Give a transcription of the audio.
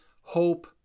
hope